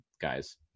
guys